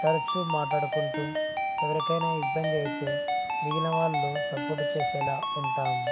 తరచు మాట్లాడుకుంటూ ఎవరికైనా ఇబ్బంది అయితే మిగిన వాళ్ళు సపోర్టు చేసేలా ఉంటాము